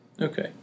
Okay